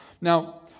Now